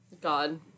God